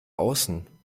außen